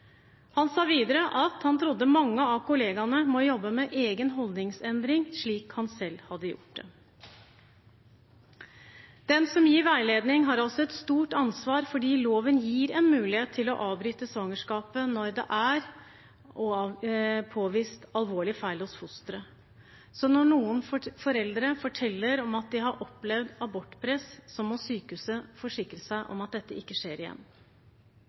Han sa videre at han tror mange av kollegaene må jobbe med egne holdninger, slik han selv hadde gjort. Den som gir veiledning, har altså et stort ansvar fordi loven gir en mulighet til å avbryte svangerskapet når det er påvist alvorlige feil hos fosteret. Så når noen foreldre forteller at de har opplevd abortpress, må sykehuset forsikre seg om at dette ikke skjer igjen.